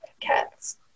cats